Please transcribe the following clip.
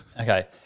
Okay